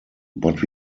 but